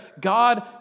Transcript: God